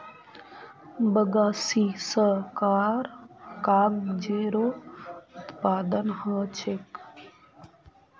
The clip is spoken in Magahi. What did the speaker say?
बगासी स कागजेरो उत्पादन ह छेक